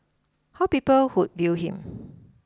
how people would view him